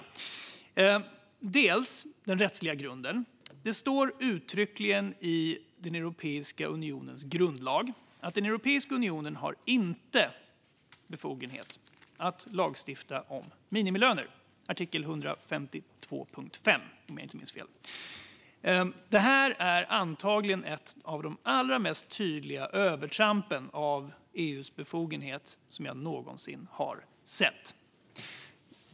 När det gäller den rättsliga grunden står det uttryckligen i Europeiska unionens grundlag att Europeiska unionen inte har befogenhet att lagstifta om minimilöner, Artikel 152.5, om jag inte minns fel. Detta är antagligen ett av de allra mest tydliga övertrampen av EU:s befogenhet som jag någonsin har sett.